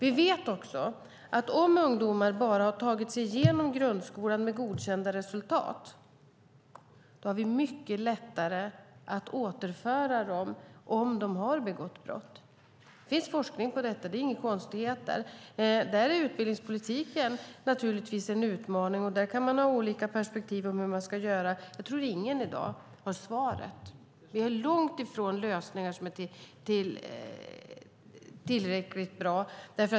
Vi vet också att om ungdomar bara har tagit sig igenom grundskolan med godkända resultat har vi mycket lättare att återföra dem om de har begått brott. Det finns forskning på detta; det är inga konstigheter. Där är utbildningspolitiken en utmaning, och man kan ha olika perspektiv på hur man ska göra. Jag tror inte att någon har svaret i dag. Vi är långt ifrån lösningar som är tillräckligt bra.